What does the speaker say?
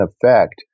effect